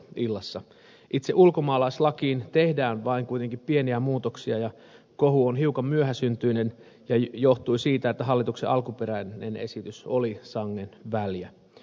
itse ulkomaalaislakiin tehdään vain kuitenkin pieniä muutoksia ja kohu on hiukan myöhäsyntyinen ja johtui siitä että hallituksen alkuperäinen esitys oli sangen väljä